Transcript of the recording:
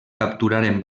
capturaren